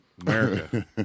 America